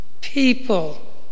People